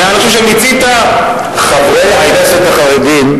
חבר הכנסת בן-ארי,